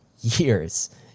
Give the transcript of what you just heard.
years